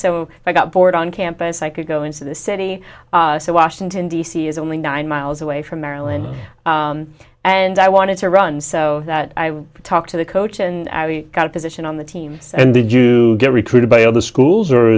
so i got bored on campus i could go into the city so washington d c is only nine miles away from maryland and i wanted to run so i talked to the coach and got a position on the team and did you get recruited by other schools or